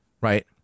Right